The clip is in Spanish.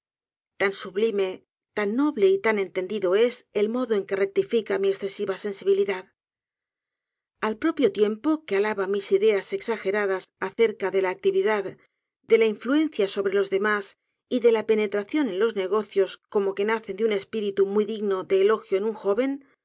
tan sublime tan noble y tan entendido es el modo con que rectifica mi escesiva sensibilidad al propio tiempo que alaba mis ideas exageradas aceres feíá actividad dé la influencia sobre los demás y dé la penetración en los negocios como que nacen de un espíritu muy digno de elogio en un joven